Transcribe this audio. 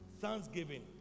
Thanksgiving